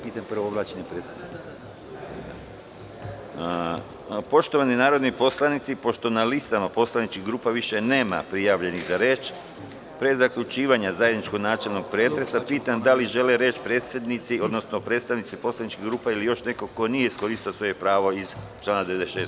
Poštovani narodni poslanici pošto na listama poslaničkih grupa više nema prijavljenih za reč, pre zaključivanja zajedničkog načelnog pretresa, pitam da li žele reč predsednici odnosno predstavnici poslaničkih grupa ili još neko ko nije iskoristio svoje pravo iz člana 96.